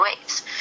ways